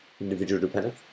individual-dependent